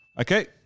Okay